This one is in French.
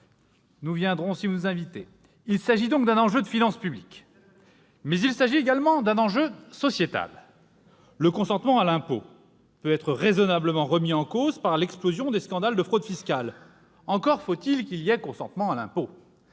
nous invitez ... Vous l'êtes ! Il s'agit donc d'un enjeu de finances publiques, mais il s'agit également d'un enjeu sociétal : le consentement à l'impôt peut être raisonnablement remis en cause par l'explosion des scandales de fraude fiscale, encore faut-il qu'il y ait consentement à l'impôt.